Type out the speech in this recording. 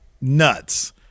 nuts